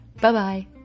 Bye-bye